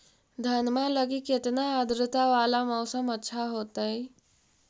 धनमा लगी केतना आद्रता वाला मौसम अच्छा होतई?